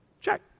Check